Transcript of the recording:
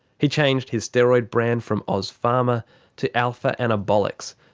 he changed his steroid brand from ozpharma to alpha anabolics,